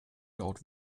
laut